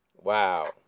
Wow